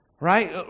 right